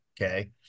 okay